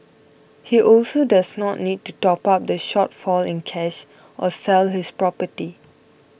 he also does not need to top up the shortfall in cash or sell his property